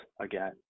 again